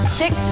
six